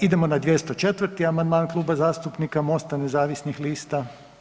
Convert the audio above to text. Idemo na 204. amandman Kluba zastupnika MOST-a nezavisnih lista.